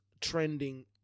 trending